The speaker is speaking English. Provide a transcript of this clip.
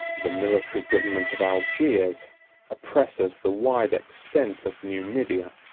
the military government of algiers oppresses the wide extent of numidia,